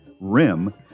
rim